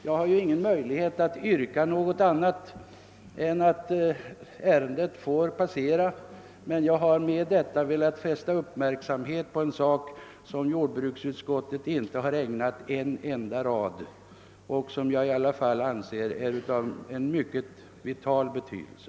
Jag har ingen möjlighet att yrka något annat än att ärendet får passera, men jag har velat fästa uppmärksamheten på en sak som jordbruksutskottet inte har ägnat en enda rad och som ändå är av vital betydelse.